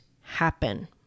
happen